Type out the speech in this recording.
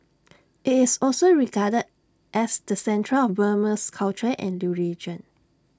IT is also regarded as the centre of Burmese culture and religion